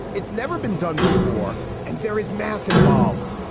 it's never been done before and there is math involved.